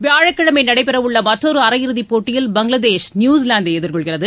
வியாழக்கிழமை நடைபெறவுள்ள மற்றொரு அரையிறுதிப் போட்டியில் பங்களாதேஷ் நியூஸிலாந்தை எதிர்கொள்கிறது